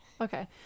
okay